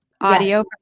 audio